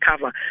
cover